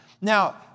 Now